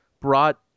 brought